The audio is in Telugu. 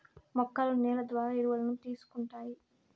మొక్కలు నేల ద్వారా ఎరువులను తీసుకుంటాయి